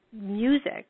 music